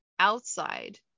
outside